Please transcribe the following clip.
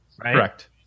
Correct